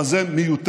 אבל זה מיותר,